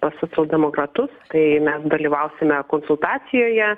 pas socialdemokratus tai mes dalyvausime konsultacijoje